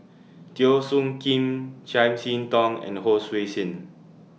Teo Soon Kim Chiam See Tong and Hon Sui Sen